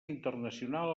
internacional